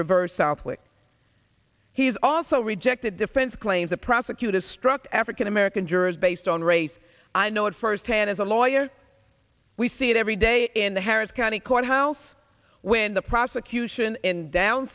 southwick he's also rejected defense claims a prosecutor struck african american jurors based on race i know it firsthand as a lawyer we see it every day in the harris county courthouse when the prosecution in down